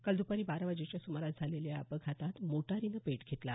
काल दपारी बारा वाजेच्या सुमारास झालेल्या या अपघातात मोटारीनं पेट घेतला